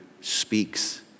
speaks